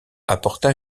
apporta